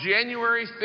January